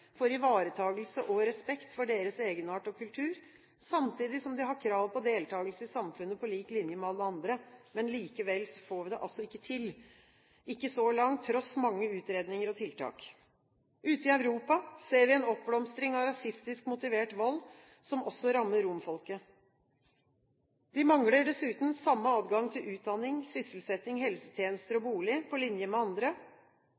for ivaretakelse og respekt for deres egenart og kultur, samtidig som de har krav på deltakelse i samfunnet på lik linje med alle andre. Likevel får vi det altså ikke til – ikke så langt – tross mange utredninger og tiltak. Ute i Europa ser vi en oppblomstring av rasistisk motivert vold som også rammer romfolket. De mangler dessuten samme adgang til utdanning, sysselsetting, helsetjenester og bolig på linje med andre.